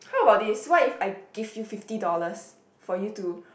how about this what if I give you fifty dollars for you to